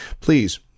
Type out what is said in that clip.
please